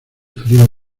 frío